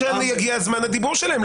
כשיגיע זמן הדיבור שלהם,